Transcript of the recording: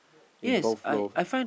in both roles